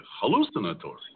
hallucinatory